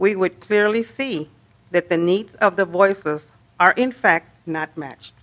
we would clearly see that the needs of the voices are in fact not match